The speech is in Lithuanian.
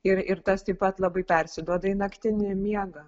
ir ir tas taip pat labai persiduoda į naktinį miegą